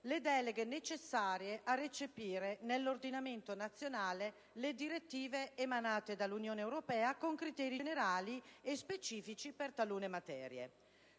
le deleghe necessarie a recepire nell'ordinamento nazionale le direttive emanate dall'Unione europea con criteri generali e specifici per talune materie.